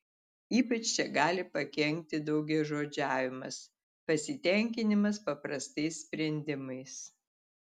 ypač čia gali pakenkti daugiažodžiavimas pasitenkinimas paprastais sprendimais